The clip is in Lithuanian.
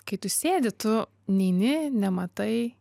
kai tu sėdi tu neini nematai